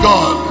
God